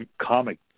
comic